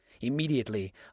Immediately